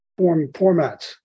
formats